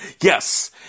Yes